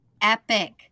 Epic